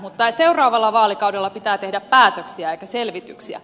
mutta seuraavalla vaalikaudella pitää tehdä päätöksiä eikä selvityksiä